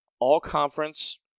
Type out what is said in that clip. all-conference